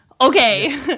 okay